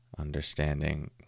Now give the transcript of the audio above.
understanding